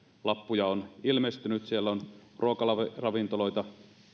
lappuja on ilmestynyt siellä on ruokaravintoloita